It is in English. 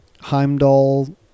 Heimdall